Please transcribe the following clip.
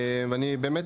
אני באמת,